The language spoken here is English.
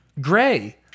Gray